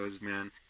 man